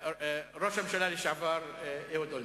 ראש הממשלה לשעבר, אהוד אולמרט.